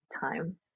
time